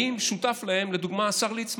האם שותף להם, לדוגמה, השר ליצמן?